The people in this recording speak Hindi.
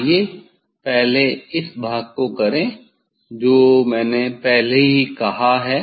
आइए पहले इस भाग को करें जो मैंने पहले ही कहा है